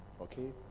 Okay